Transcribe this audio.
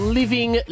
living